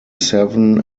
seven